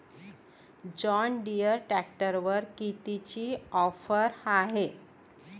John Deere ट्रॅक्टरवर कितीची offer हाये?